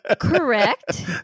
Correct